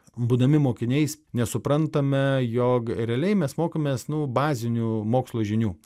būdami mokiniais nesuprantame jog realiai mes mokomės nu baziniu mokslo žinių